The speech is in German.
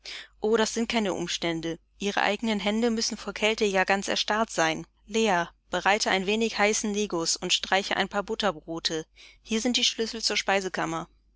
o das sind keine umstände ihre eigenen hände müssen vor kälte ja ganz erstarrt sein leah bereite ein wenig heißen negus und streiche ein paar butterbröte hier sind die schlüssel zur speisekammer